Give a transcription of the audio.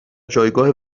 جایگاه